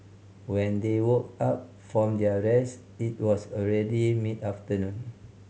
when they woke up from their rest it was already mid afternoon